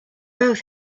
both